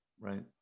Right